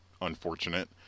unfortunate